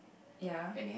ya